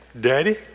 Daddy